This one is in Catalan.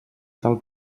tal